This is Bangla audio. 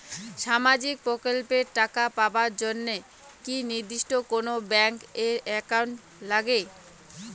সামাজিক প্রকল্পের টাকা পাবার জন্যে কি নির্দিষ্ট কোনো ব্যাংক এর একাউন্ট লাগে?